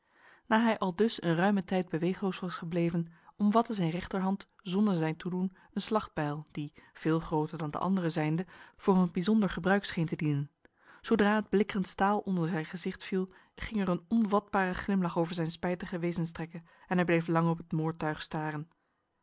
na hij aldus een ruime tijd beweegloos was gebleven omvatte zijn rechterhand zonder zijn toedoen een slachtbijl die veel groter dan de andere zijnde voor een bijzonder gebruik scheen te dienen zodra het blikkerend staal onder zijn gezicht viel ging er een onvatbare glimlach over zijn spijtige wezenstrekken en hij bleef lang op het moordtuig staren